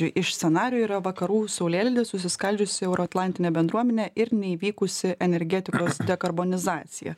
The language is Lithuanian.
ir iš scenarijų yra vakarų saulėlydis susiskaldžiusi euroatlantinė bendruomenė ir neįvykusi energetikos dekarbonizacija